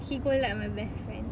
he go like my best friend